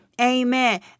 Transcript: Amen